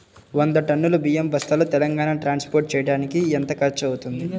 వంద టన్నులు బియ్యం బస్తాలు తెలంగాణ ట్రాస్పోర్ట్ చేయటానికి కి ఎంత ఖర్చు అవుతుంది?